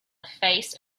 face